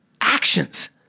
Actions